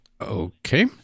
Okay